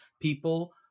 People